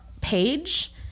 page